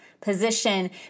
position